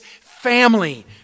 family